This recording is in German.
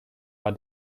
war